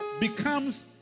becomes